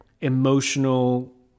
emotional